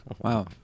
Wow